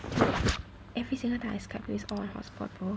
every single time I skype I use my own hotspot bro